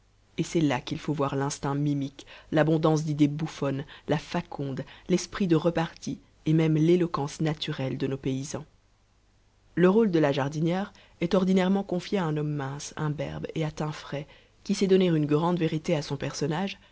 et c'est là qu'il faut voir l'instinct mimique l'abondance d'idées bouffonnes la faconde l'esprit de repartie et même l'éloquence naturelle de nos paysans le rôle de la jardinière est ordinairement confié à un homme mince imberbe et à teint frais qui sait donner une grande vérité à son personnage